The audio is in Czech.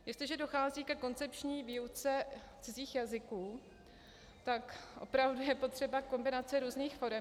Jestliže dochází ke koncepční výuce cizích jazyků, tak je opravdu potřebná kombinace různých forem.